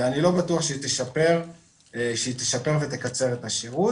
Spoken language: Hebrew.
ואני לא בטוח שהיא תשפר ותקצר את השירות.